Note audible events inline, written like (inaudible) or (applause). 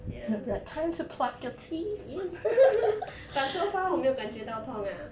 ya !ee! (laughs) but so far 我没有感觉到痛 ah